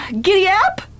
Giddy-up